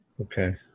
Okay